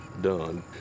done